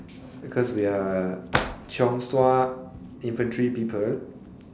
because we are chiong sua infantry people